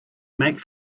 make